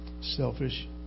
selfish